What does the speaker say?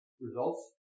results